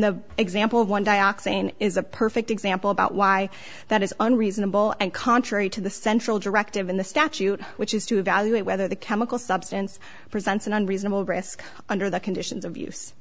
the example of one dioxin is a perfect example about why that is unreasonable and contrary to the central directive in the statute which is to evaluate whether the chemical substance presents an unreasonable risk under the conditions of use